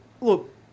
look